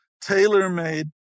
tailor-made